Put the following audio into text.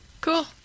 Cool